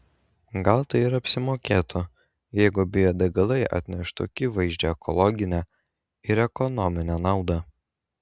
gal tai apsimokėtų jeigu biodegalai atneštų akivaizdžią ekologinę ir ekonominę naudą